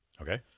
Okay